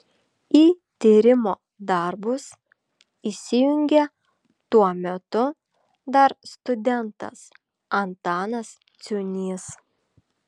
į tyrimo darbus įsijungė tuo metu dar studentas antanas ciūnys